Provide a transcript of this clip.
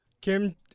Kim